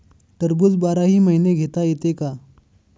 टरबूज बाराही महिने घेता येते का?